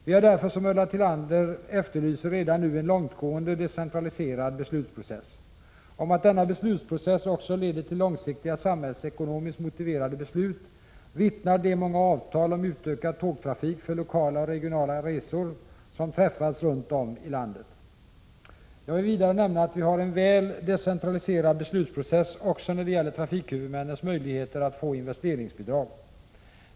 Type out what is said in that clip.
Vi har därför, som Ulla Tillander efterlyser, redan nu en långtgående decentraliserad beslutsprocess. Om att denna beslutsprocess också leder till långsiktiga samhällsekonomiskt motiverade beslut vittnar de många avtal om utökad tågtrafik för lokala och regionala resor som träffats runt om i landet. Jag vill vidare nämna att vi har en väl decentraliserad beslutsprocess också när det gäller trafikhuvudmännens möjligheter att få investeringsbidrag.